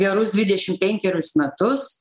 gerus dvidešim penkerius metus